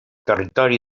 territori